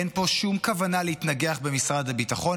אין פה שום כוונה להתנגח במשרד הביטחון.